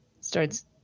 starts